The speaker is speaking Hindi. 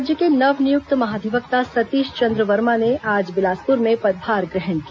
राज्य के नव नियुक्त महाधिवक्ता सतीश चंद्र वर्मा ने आज बिलासपुर में पदभार ग्रहण किया